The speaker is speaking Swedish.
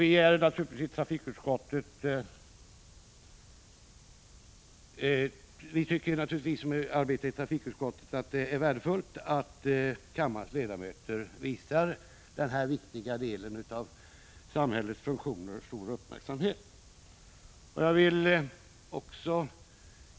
Vi som arbetar i trafikutskottet tycker naturligtvis att det är värdefullt att kammarens ledamöter visar den här viktiga delen av samhällets funktioner stor uppmärksamhet.